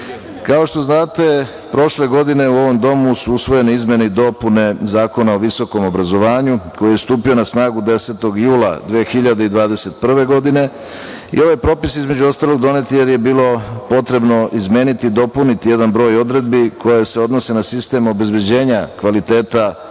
što znate, prošle godine u ovom domu su usvojene izmene i dopune Zakona o visokom obrazovanju, koji je stupio na snagu 10. jula 2021. godine. Ovaj propis, između ostalog, donet je jer je bilo potrebno izmeniti i dopuniti jedan broj odredbi koje se odnose na sistem obezbeđenja kvaliteta u